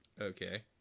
Okay